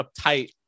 uptight